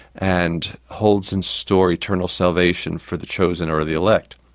and holds in store eternal salvation for the chosen or the elect.